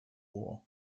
war